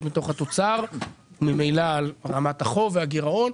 מתוך התוצר וממילא גם על רמת החוב והגירעון,